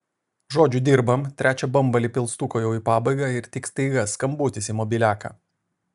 žodžiu dirbam trečią bambalį pilstuko jau į pabaigą ir tik staiga skambutis į mobiliaką